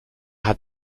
hat